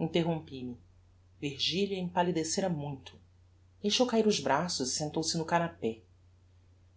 interrompi me virgilia empallidecêra muito deixou cair os braços e sentou-se no canapé